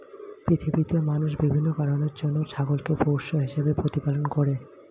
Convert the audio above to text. পৃথিবীতে মানুষ বিভিন্ন কারণের জন্য ছাগলকে পোষ্য হিসেবে প্রতিপালন করে